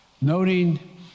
noting